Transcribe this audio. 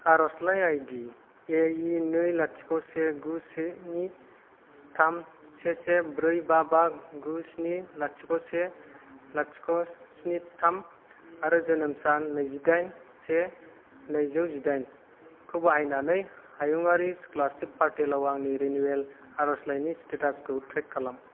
आरज'लाइ I D ए इ नै लाथिख' से गु से नै थाम से से ब्रै बा बा गु स्नि लाथिख' से लाथिख' स्नि थाम आरो जोनोम सान नैजिदाइन से नैजौ जिदाइनखौ बाहायनानै हायुङारि स्क'लारसिप पर्टेलाव आंनि रिनिउवेल आरज'लाइनि स्टेटासखौ ट्रेक खालाम